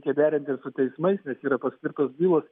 reikia derint ir su teismais nes yra paskirtos bylos